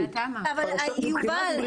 יובל,